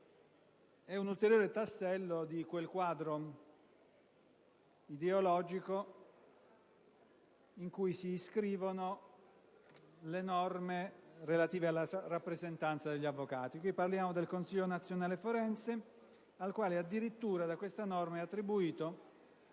è un ulteriore tassello di quel quadro ideologico in cui si iscrivono le norme relative alla rappresentanza degli avvocati. In questo caso si parla del Consiglio nazionale forense al quale addirittura da questa norma è attribuito